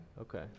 Okay